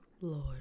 Lord